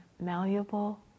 malleable